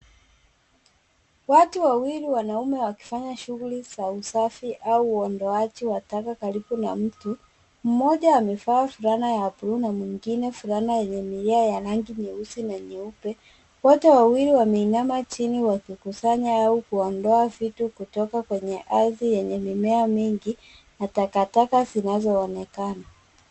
Watu wawili wanaume wakifanya shughuli za usafi au undoaji wa taka karibu na mto, mtu mmoja amevaa fulana ya buluu na mwingine fulana yenye milia ya nangi nyeusi na nyeupe, wote wawili wameinama chini wakikusanya au kuondoa vitu kutoka kwenye ardhi yenye mimea mingi na takataka zinazoonekana.